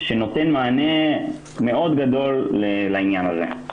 שנותנים מענה מאוד גדול לעניין הזה.